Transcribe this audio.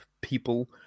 people